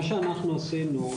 מה שאנחנו עשינו,